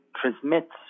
transmits